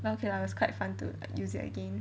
but okay lah it was quite fun to use it again